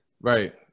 right